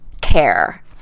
care